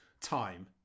time